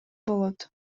болот